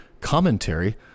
commentary